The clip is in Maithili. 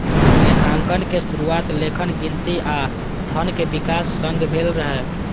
लेखांकनक शुरुआत लेखन, गिनती आ धनक विकास संग भेल रहै